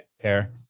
pair